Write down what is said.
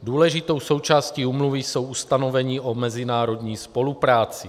Důležitou součástí úmluvy jsou ustanovení o mezinárodní spolupráci.